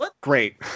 great